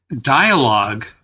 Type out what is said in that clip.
dialogue